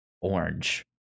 Orange